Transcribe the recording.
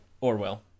Orwell